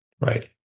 Right